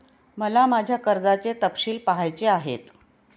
मला माझ्या कर्जाचे तपशील पहायचे आहेत